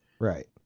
Right